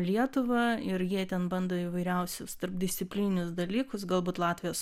lietuva ir jie ten bando įvairiausius tarpdisciplininius dalykus galbūt latvijos